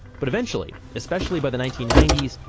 but eventually, especially about the nineteen ninety s,